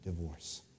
divorce